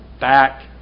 back